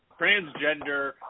transgender